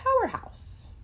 Powerhouse